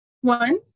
One